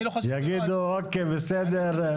יגידו, אוקיי, בסדר?